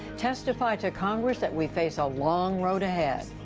testify to congress that we face a long road ahead.